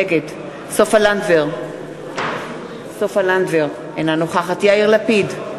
נגד סופה לנדבר, אינה נוכחת יאיר לפיד,